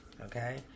Okay